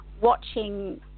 watching